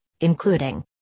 including